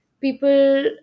people